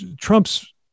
Trump's